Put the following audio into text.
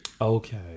Okay